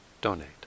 donate